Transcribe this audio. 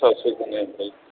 କିଛି ଅସୁବିଧା ନାଇଁ ଭାଇ